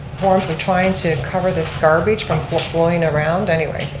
forms of trying to cover this garbage from blowing around, anyway.